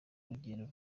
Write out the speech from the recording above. rugendo